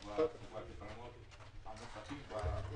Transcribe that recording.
הירוק או פתרונות נוספים.